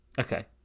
Okay